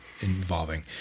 involving